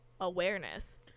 awareness